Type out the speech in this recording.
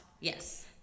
Yes